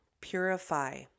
purify